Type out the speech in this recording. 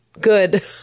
good